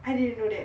I didn't know that